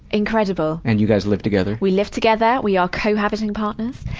incredible. and you guys live together? we live together. we are co-habiting partners.